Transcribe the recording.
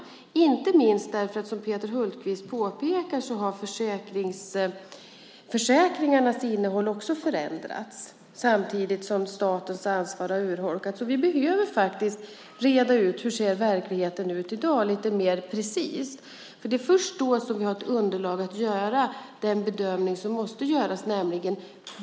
Det gäller inte minst därför, som Peter Hultqvist påpekar, att försäkringarnas innehåll också har förändrats samtidigt som statens ansvar har urholkats. Vi behöver reda ut lite mer precist hur verkligheten ser ut i dag. Det är först då vi har ett underlag att göra den bedömning som måste göras.